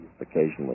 occasionally